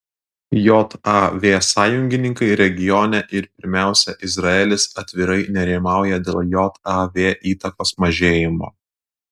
jav sąjungininkai regione ir pirmiausia izraelis atvirai nerimauja dėl jav įtakos mažėjimo